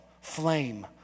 flame